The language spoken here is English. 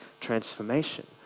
transformation